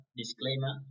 disclaimer